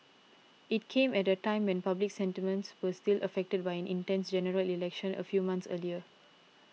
it came at a time when public sentiments were still affected by an intense General Election a few months earlier